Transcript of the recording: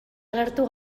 agertu